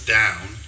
down